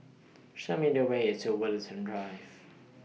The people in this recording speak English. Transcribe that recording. Show Me The Way to Woollerton Drive